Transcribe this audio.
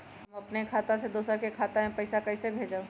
हम अपने खाता से दोसर के खाता में पैसा कइसे भेजबै?